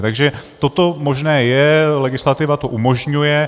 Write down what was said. Takže toto možné je, legislativa to umožňuje.